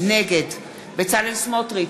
נגד בצלאל סמוטריץ,